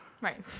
Right